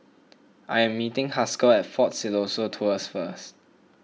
I am meeting Haskell at fort Siloso Tours first